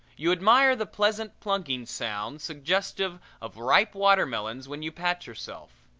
you admire the pleasant plunking sound suggestive of ripe watermelons when you pat yourself.